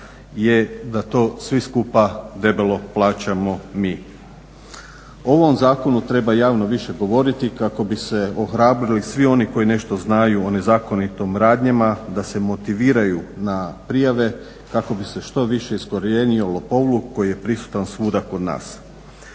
ovom zakonu treba javno više govoriti kako bi se ohrabrili svi oni koji nešto znaju o nezakonitim radnjama da se motiviraju na prijave kako bi se što više iskorijenio lopovluk koji je prisutan svuda kod nas.